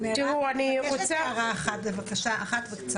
מירב, אני מבקשת הערה אחת קצרה.